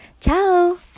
Ciao